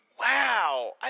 Wow